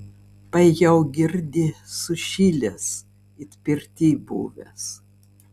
paėjau girdi sušilęs it pirtyj buvęs